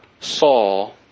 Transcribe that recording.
Saul